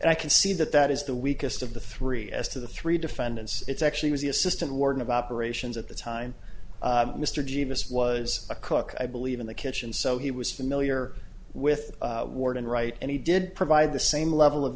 i can see that that is the weakest of the three as to the three defendants it's actually was the assistant warden of operations at the time mr genius was a cook i believe in the kitchen so he was familiar with ward and right and he did provide the same level of